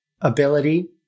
Ability